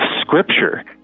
scripture